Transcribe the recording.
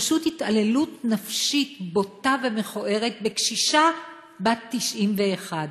פשוט התעללות נפשית בוטה ומכוערת בקשישה בת 91,